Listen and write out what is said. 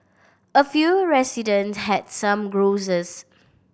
a few resident had some grouses